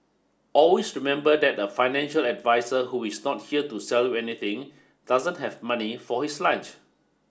always remember that a financial advisor who is not here to sell you anything doesn't have money for his lunch